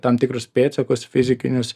tam tikrus pėdsakus fizikinius